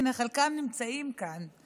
חלקם נמצאים כאן,